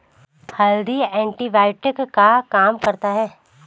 हल्दी एंटीबायोटिक का काम करता है